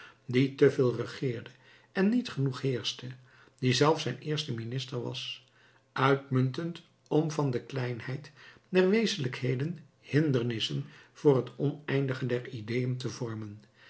die te veel regeerde en niet genoeg heerschte die zelf zijn eerste minister was uitmuntend om van de kleinheid der wezenlijkheden hindernissen voor het oneindige der ideeën te vormen